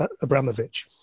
Abramovich